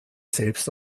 selbst